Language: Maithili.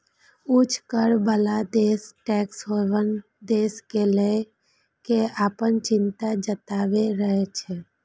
उच्च कर बला देश टैक्स हेवन देश कें लए कें अपन चिंता जताबैत रहै छै